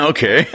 Okay